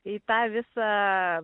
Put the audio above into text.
į tą visą